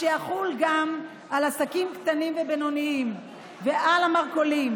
שיחול גם על עסקים קטנים ובינוניים ועל המרכולים.